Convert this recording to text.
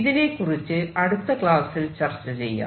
ഇതിനെകുറിച്ച് അടുത്ത ക്ലാസ്സിൽ ചർച്ച ചെയ്യാം